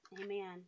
Amen